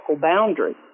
boundary